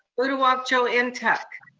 uduak-joe and ntuk.